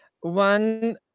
one